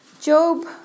Job